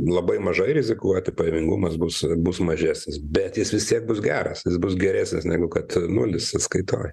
labai mažai rizikuoti pajamingumas bus bus mažesnis bet jis vis tiek bus geras jis bus geresnis negu kad nulis sąskaitoj